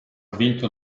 vinto